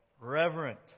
Reverent